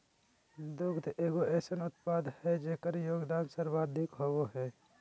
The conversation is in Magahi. दुग्ध एगो अइसन उत्पाद हइ जेकर योगदान सर्वाधिक होबो हइ